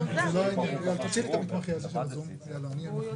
רווחי היתר בצורה נכונה ומדויקת,